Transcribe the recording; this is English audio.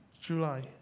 July